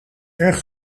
erg